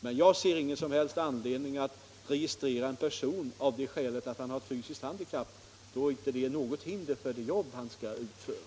Men jag ser ingen som helst anledning att registrera en person av det skälet att han har ett fysiskt handikapp då det inte är något hinder för det jobb han skall utföra.